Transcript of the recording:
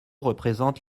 représente